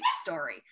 story